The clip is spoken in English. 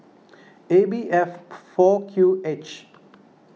A B F four Q H